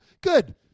Good